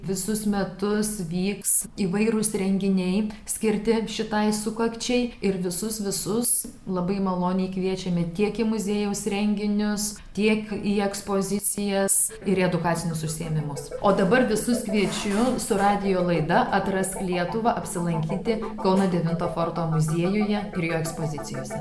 visus metus vyks įvairūs renginiai skirti šitai sukakčiai ir visus visus labai maloniai kviečiame tiek į muziejaus renginius tiek į ekspozicijas ir edukacinius užsiėmimus o dabar visus kviečiu su radijo laida atrask lietuvą apsilankyti kauno devinto forto muziejuje ir jo ekspozicijose